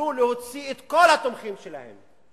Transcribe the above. יוכלו להוציא את כל התומכים שלהם,